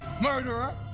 Murderer